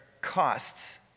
costs